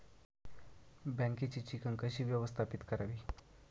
बँकेची चिकण कशी व्यवस्थापित करावी?